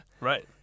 Right